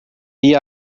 dia